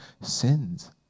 sins